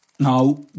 Now